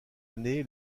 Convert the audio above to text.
année